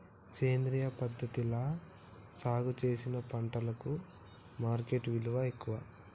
సేంద్రియ పద్ధతిలా సాగు చేసిన పంటలకు మార్కెట్ విలువ ఎక్కువ